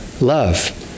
love